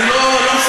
אני לא משחק,